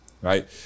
Right